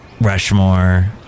Rushmore